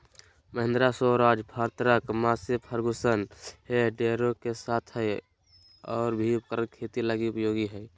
Mahindra, Swaraj, Farmtrac, Massey Ferguson होह्न डेरे के साथ और भी उपकरण खेती लगी उपयोगी हइ